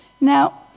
Now